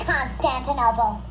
Constantinople